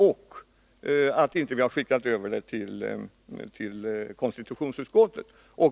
Därför har vi inte skickat över ärendet till konstitutionsutskottet.